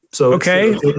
Okay